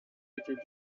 était